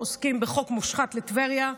עוסקים בחוק מושחת לטבריה,